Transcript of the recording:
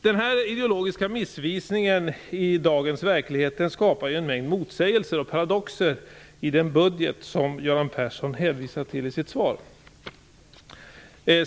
Den här ideologiska missvisningen i dagens verklighet skapar en mängd motsägelser och paradoxer i den budget som Göran Persson hänvisar till i sitt svar.